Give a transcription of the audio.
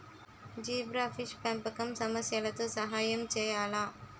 Zebrafish పెంపకం సమస్యలతో సహాయం చేయాలా?